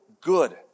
good